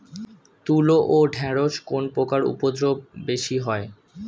তুলো ও ঢেঁড়সে কোন পোকার উপদ্রব বেশি হয়?